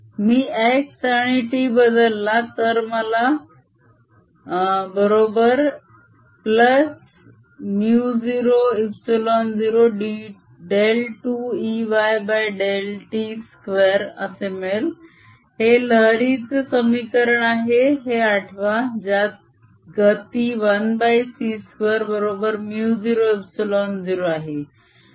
मी x आणि t बदलला तर मला 002Eyt2 मिळेल हे लहरीचे समीकरण आहे हे आठवा ज्यात गती 1c2 बरोबर 00 आहे